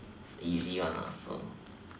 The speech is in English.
it's a easy one so